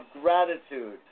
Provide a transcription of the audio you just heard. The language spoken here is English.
gratitude